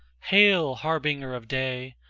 hail, harbinger of day!